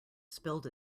spilled